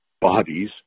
bodies